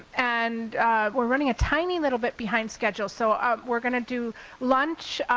and we're running a tiny little bit behind schedule so we're gonna do lunch,